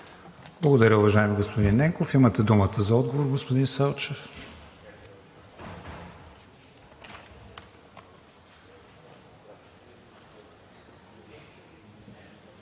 Благодаря, господин Ангелов. Имате думата за отговор, господин Салчев.